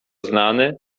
znany